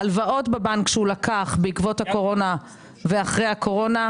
הלוואות בבנק שהוא לקח בעקבות הקורונה ואחרי הקורונה,